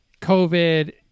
COVID